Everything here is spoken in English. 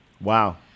Wow